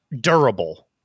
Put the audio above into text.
durable